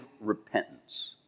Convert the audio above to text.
repentance